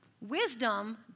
wisdom